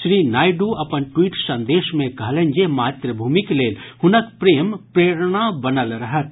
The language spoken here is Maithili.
श्री नायडू अपन ट्वीट संदेश मे कहलनि जे मातृभूमिक लेल हुनक प्रेम प्रेरणा बनल रहत